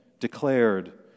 declared